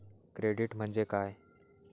Credit म्हणजे काय?